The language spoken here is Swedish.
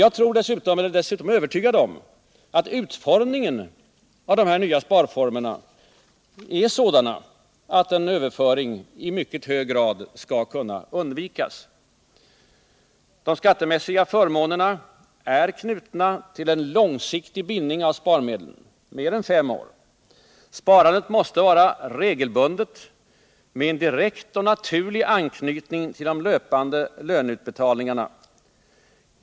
Jag är emellertid övertygad om att utformningen av denna nya sparform är sådan att överföringar i mycket hög grad skall kunna undvikas. De skattemässiga förmånerna är knutna till en långsiktig bindning till sparmedlen — mer än fem år. Sparandet måste vara regelbundet med en direkt och naturlig anknytning till de löpande löneutbetalningarna.